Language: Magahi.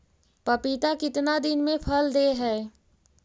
पपीता कितना दिन मे फल दे हय?